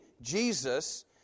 Jesus